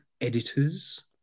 editors